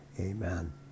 amen